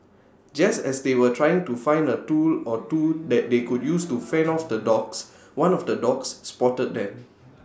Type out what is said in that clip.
just as they were trying to find A tool or two that they could use to fend off the dogs one of the dogs spotted them